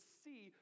see